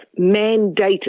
mandated